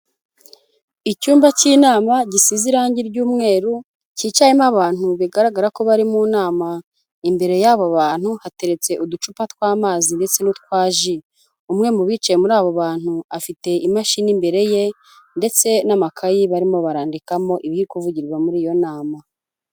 Icyumba cy'inama gisize irangi ry'umweru, cyicayemo abantu bigaragara ko bari mu nama, imbere y'abo bantu hateretse uducupa tw'amazi ndetse n'utwa ji, umwe mu bicaye muri abo bantu afite imashini imbere ye, ndetse n'amakayi barimo barandikamo ibiri kuvugirwa muri iyo nama.